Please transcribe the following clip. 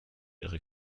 ihre